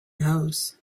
knows